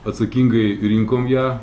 atsakingai rinkom ją